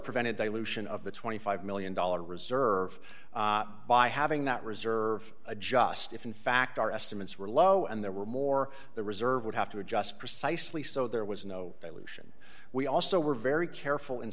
prevented dilution of the twenty five million dollars reserve by having that reserve adjust if in fact our estimates were low and there were more the reserve would have to adjust precisely so there was no dilution we also were very careful in